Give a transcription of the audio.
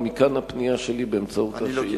ומכאן הפנייה שלי באמצעות השאילתא.